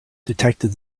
detected